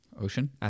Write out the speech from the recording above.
Ocean